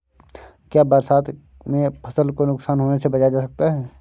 क्या बरसात में फसल को नुकसान होने से बचाया जा सकता है?